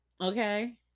Okay